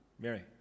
Mary